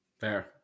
Fair